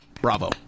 Bravo